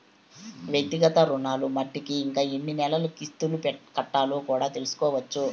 వ్యక్తిగత రుణాలు మట్టికి ఇంకా ఎన్ని నెలలు కిస్తులు కట్టాలో కూడా తెల్సుకోవచ్చు